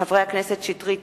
מאת חברי הכנסת יריב